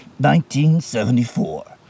1974